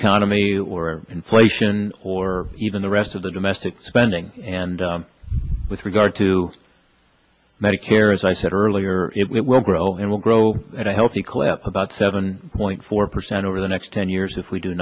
economy or inflation or even the rest of the domestic spending and with regard to medicare as i said earlier it will grow and will grow at a healthy clip about seven point four percent over the next ten years if we do